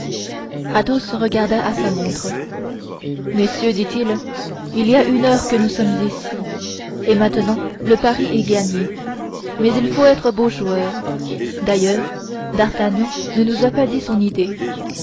troupe athos regarda à sa montre messieurs dit-il il y a une heure que nous sommes ici et maintenant le pari est gagné mais il faut être beaux joueurs d'ailleurs d'artagnan ne nous a pas dit son idée